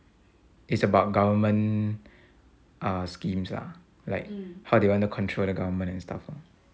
it's about government ah schemes ah like how do you want to control the government and stuff ah